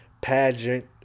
pageant